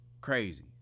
Crazy